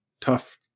tough